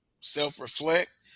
self-reflect